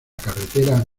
carretera